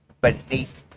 beneath